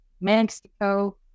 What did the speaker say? Mexico